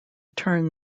turn